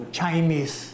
Chinese